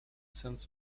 sense